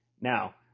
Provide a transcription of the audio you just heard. Now